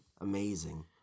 Amazing